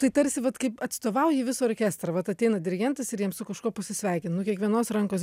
tai tarsi vat kaip atstovauji visą orkestrą vat ateina dirigentas ir jam su kažkuo pasisveikint nu kiekvienos rankos